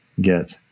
get